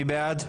מי בעד?